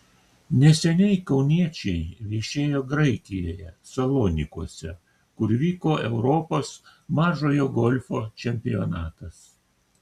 neseniai kauniečiai viešėjo graikijoje salonikuose kur vyko europos mažojo golfo čempionatas